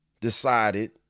decided